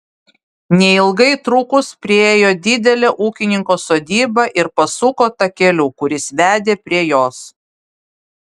neilgai trukus priėjo didelę ūkininko sodybą ir pasuko takeliu kuris vedė prie jos